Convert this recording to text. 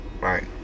right